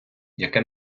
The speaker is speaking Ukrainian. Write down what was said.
яке